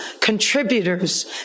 contributors